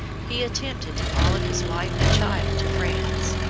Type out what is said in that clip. he attempted to follow his wife and child to france.